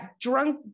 drunk